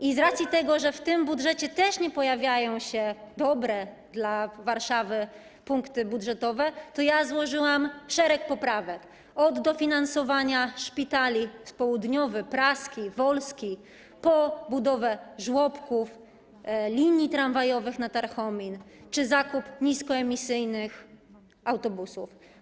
I z racji tego, że w tym budżecie też nie pojawiają się dobre dla Warszawy punkty budżetowe, złożyłam szereg poprawek - od dofinansowania Szpitali: Południowego, Praskiego i Wolskiego po budowę żłobków, linii tramwajowych na Tarchomin czy zakup niskoemisyjnych autobusów.